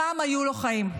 פעם היו לו חיים.